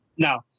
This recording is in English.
Now